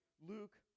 Luke